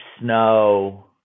snow